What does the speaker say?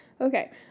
Okay